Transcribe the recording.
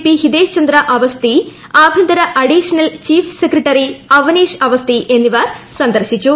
P Hitesh Chandra അക്ടിസ്റ്റ്തി ആഭ്യന്തര additional chief secretary ്രിഅ്പനീഷ് അവസ്തി എന്നിവർ സന്ദർശിച്ചു